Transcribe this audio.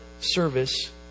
service